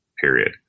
period